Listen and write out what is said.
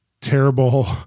terrible